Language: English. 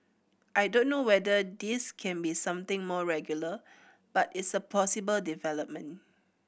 I don't know whether this can be something more regular but it's a possible development